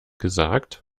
gesagt